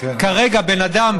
כרגע בן אדם,